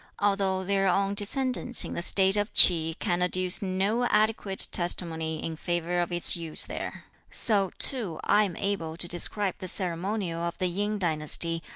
although their own descendants in the state of ki can adduce no adequate testimony in favor of its use there. so, too, i am able to describe the ceremonial of the yin dynasty,